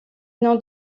nom